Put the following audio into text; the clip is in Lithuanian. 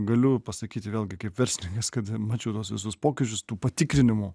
galiu pasakyti vėlgi kaip verslininkas kad mačiau tuos visus pokyčius tų patikrinimų